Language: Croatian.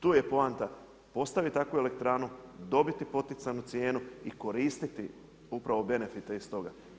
Tu je poanta postaviti takvu elektranu, dobiti poticajnu cijenu i koristiti upravo benefite iz toga.